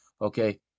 okay